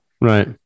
Right